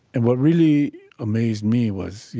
and what really amazed me was, you